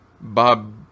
Bob